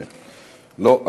לא.